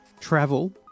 travel